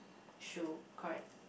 shoe correct